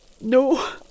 No